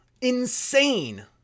Insane